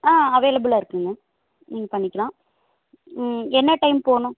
ஆ அவைளபிலாக இருக்குதுங்க நீங்கள் பண்ணிக்கலாம் என்ன டைம் போகணும்